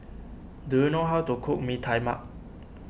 do you know how to cook Mee Tai Mak